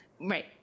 Right